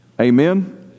Amen